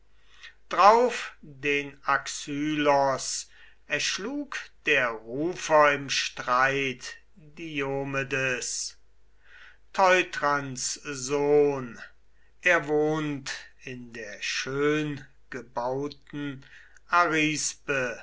drauf den axylos erschlug der rufer im streit diomedes teuthrans sohn er wohnt in der schöngebauten